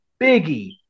Biggie